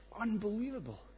Unbelievable